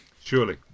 Surely